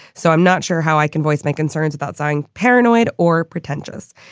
so i'm not sure how i can voice my concerns about sound paranoid or pretentious.